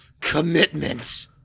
commitment